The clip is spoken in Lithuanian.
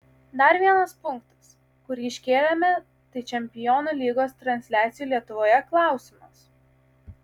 dar vienas punktas kurį iškėlėme tai čempionų lygos transliacijų lietuvoje klausimas